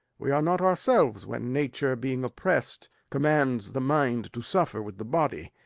we are not ourselves when nature, being oppress'd, commands the mind to suffer with the body.